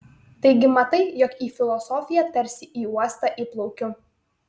taigi matai jog į filosofiją tarsi į uostą įplaukiu